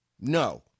No